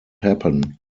happen